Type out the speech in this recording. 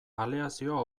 aleazioa